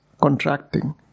contracting